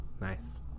Nice